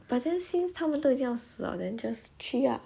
since 他们都已经要死 liao then just 去啊